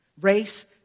Race